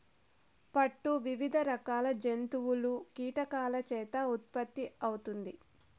పట్టు వివిధ రకాల జంతువులు, కీటకాల చేత ఉత్పత్తి అవుతుంది